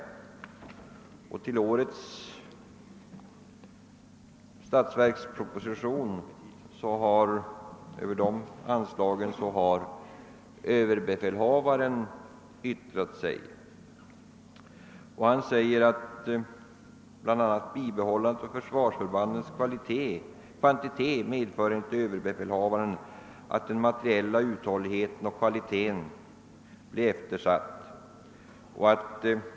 Över de i årets statsverksproposition föreslagna anslagen till försvaret har överbefälhavaren yttrat sig. I det i statsverkspropositionen återgivna referatet av hans uttalande heter det: »Bibehållandet av fältförbandens kvantitet medför enligt överbefälhavaren att den materiella uthålligheten och kvaliteten blir eftersatt ———.